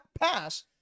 pass